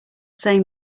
same